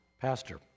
pastor